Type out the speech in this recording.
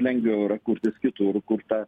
lengviau yra kurtis kitur kur ta